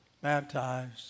Baptized